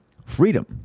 Freedom